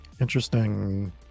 Interesting